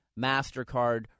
MasterCard